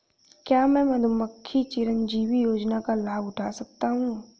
क्या मैं मुख्यमंत्री चिरंजीवी योजना का लाभ उठा सकता हूं?